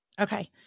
Okay